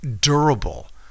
durable